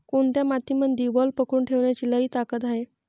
कोनत्या मातीमंदी वल पकडून ठेवण्याची लई ताकद हाये?